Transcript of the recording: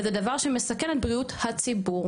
וזה דבר שמסכן את בריאות הציבור,